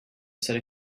said